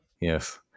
Yes